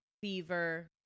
fever